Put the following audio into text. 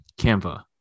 Canva